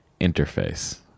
interface